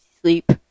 sleep